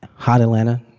hot atlanta.